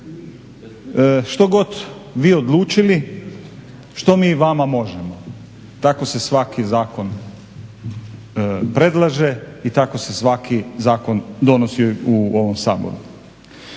što god vi odlučili, što mi vama možemo? Tako se svaki zakon predlaže i tako se svaki zakon donosi u ovom Saboru.